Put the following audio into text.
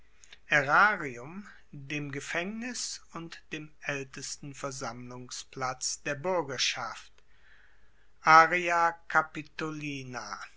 dem gefaengnis und dem aeltesten versammlungsplatz der buergerschaft